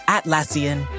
Atlassian